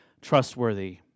trustworthy